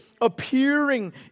appearing